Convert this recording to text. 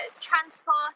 transport